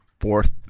fourth